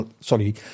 sorry